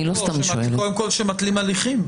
קודם כול שמתלים הליכים.